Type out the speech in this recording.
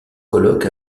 colloque